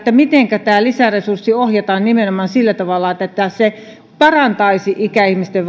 mitenkä tämä lisäresurssi ohjataan nimenomaan sillä tavalla että että se parantaisi ikäihmisten